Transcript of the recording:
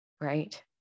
right